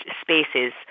spaces